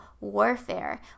warfare